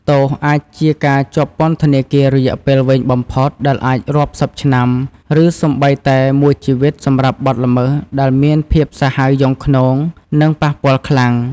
ទោសអាចជាការជាប់ពន្ធនាគាររយៈពេលវែងបំផុតដែលអាចរាប់សិបឆ្នាំ ឬសូម្បីតែ មួយជីវិតសម្រាប់បទល្មើសដែលមានភាពសាហាវយង់ឃ្នង និងប៉ះពាល់ខ្លាំង។